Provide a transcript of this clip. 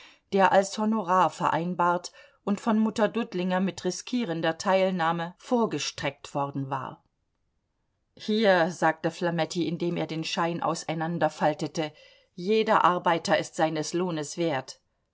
der als honorar vereinbart und von mutter dudlinger mit riskierender teilnahme vorgestreckt worden war hier sagte flametti indem er den schein auseinanderfaltete jeder arbeiter ist seines lohnes wert